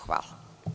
Hvala.